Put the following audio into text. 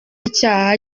icyaha